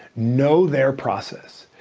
know their process.